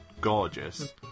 gorgeous